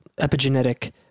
epigenetic